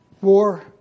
war